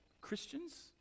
Christians